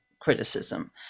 criticism